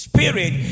spirit